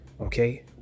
Okay